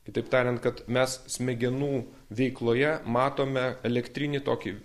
kitaip tariant kad mes smegenų veikloje matome elektrinį tokį